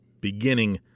beginning